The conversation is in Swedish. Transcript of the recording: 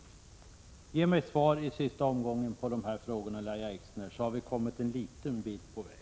'Ge mig ett svar i sista omgången på de här frågorna, Lahja Exner, så har vi kommit en liten bit på väg.